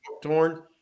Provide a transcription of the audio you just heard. torn